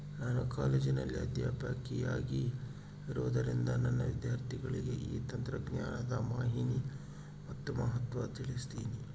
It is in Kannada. ನಾನು ಕಾಲೇಜಿನಲ್ಲಿ ಅಧ್ಯಾಪಕಿಯಾಗಿರುವುದರಿಂದ ನನ್ನ ವಿದ್ಯಾರ್ಥಿಗಳಿಗೆ ಈ ತಂತ್ರಜ್ಞಾನದ ಮಾಹಿನಿ ಮತ್ತು ಮಹತ್ವ ತಿಳ್ಸೀನಿ